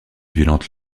violente